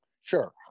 Sure